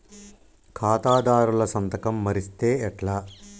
ఖాతాదారుల సంతకం మరిస్తే ఎట్లా?